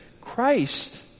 Christ